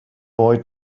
boy